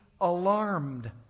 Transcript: alarmed